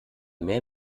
mehr